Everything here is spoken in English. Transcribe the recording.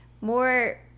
more